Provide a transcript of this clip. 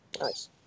Nice